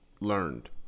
learned